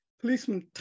Policeman